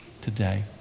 today